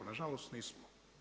Nažalost nismo.